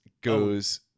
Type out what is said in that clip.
goes